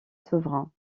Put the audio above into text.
souverain